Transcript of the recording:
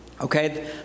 Okay